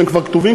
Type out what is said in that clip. שהם כבר כתובים,